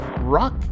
Rock